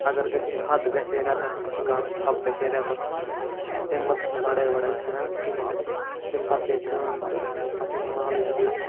اگر گژھِ ہے حد گژھِ ہے رٮ۪تَس کَم ژھۄپہٕ گژھِ ہے رٮ۪تَس کھَںٛڈَس تمہِ پَتہٕ ٲس نہٕ لَڑٲے وَڑٲے ژھٮ۪نان کِہیٖنۍ تمہِ پَتہٕ گٔے کٲم تہٕ پَتہٕ أنۍ محلٕکۍ زِٹھۍ